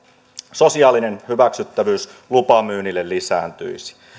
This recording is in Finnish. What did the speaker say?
sosiaalinen hyväksyttävyys lupamyynnille lisääntyisi